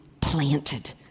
planted